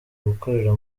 bakorera